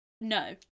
no